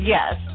Yes